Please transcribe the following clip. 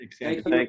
Thanks